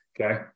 okay